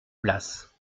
place